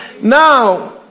Now